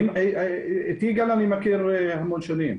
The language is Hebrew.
את יגאל אני מכיר המון שנים.